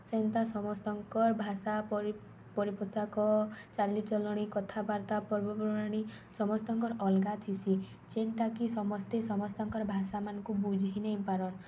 ସେନ୍ତା ସମସ୍ତଙ୍କର୍ ଭାଷା ପରିପୋଷାକ ଚାଲିଚଲଣି କଥାବାର୍ତ୍ତା ପର୍ବପର୍ବାଣି ସମସ୍ତଙ୍କର୍ ଅଲ୍ଗା ଥିସି ଯେନ୍ଟାକି ସମସ୍ତେ ସମସ୍ତଙ୍କର୍ ଭାଷାମାନ୍କୁ ବୁଝି ନେଇପାରନ୍